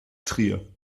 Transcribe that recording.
trier